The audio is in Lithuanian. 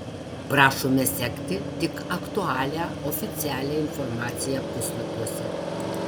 prašome sekti tik aktualią oficialią informaciją puslapiuose